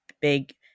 big